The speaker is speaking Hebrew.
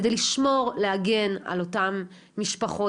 כדי לשמור ולהגן על אותן משפחות,